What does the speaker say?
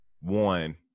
one